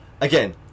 Again